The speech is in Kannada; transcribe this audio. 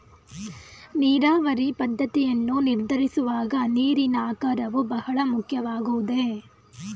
ನೀರಾವರಿ ಪದ್ದತಿಯನ್ನು ನಿರ್ಧರಿಸುವಾಗ ನೀರಿನ ಆಕಾರವು ಬಹಳ ಮುಖ್ಯವಾಗುವುದೇ?